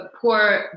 poor